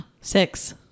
Six